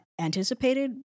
anticipated